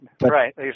right